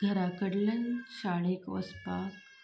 घरा कडल्यान शाळेक वचपाक